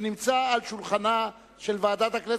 שנמצא על שולחנה של ועדת הכנסת,